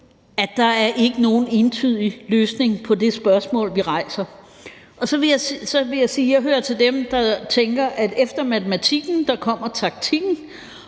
at der ikke er nogen entydig løsning på det spørgsmål, vi rejser. Så vil jeg sige, at jeg hører til dem, der tænker, at efter matematikken kommer taktikken,